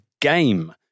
game